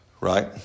Right